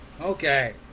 okay